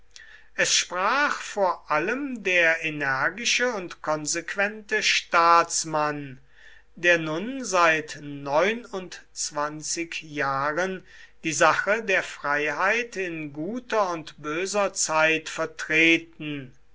es sprach vor allem der energische und konsequente staatsmann der nun seit neunundzwanzig jahren die sache der freiheit in guter und böser zeit vertreten